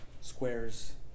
squares